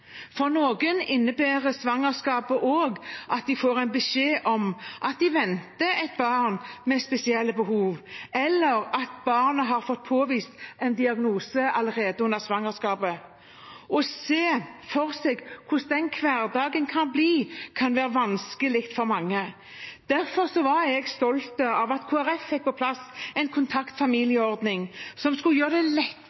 For noen innebærer svangerskapet også at de får beskjed om at de venter et barn med spesielle behov, eller at barnet har fått påvist en diagnose allerede under svangerskapet. Å se for seg hvordan den hverdagen kan bli, kan være vanskelig for mange. Derfor var jeg stolt av at Kristelig Folkeparti fikk på plass en